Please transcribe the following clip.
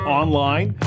online